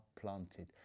planted